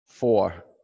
Four